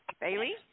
Bailey